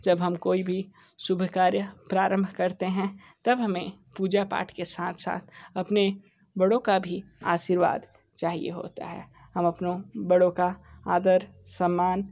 जब हम कोई भी शुभ कार्य प्रारंभ करते हैं तब हमें पूजापाठ के साथ साथ अपने बड़ों का भी आशीर्वाद चाहिए होता है हम अपनों बड़ों का आदर सम्मान